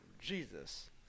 Jesus